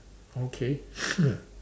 okay